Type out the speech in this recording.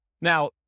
Now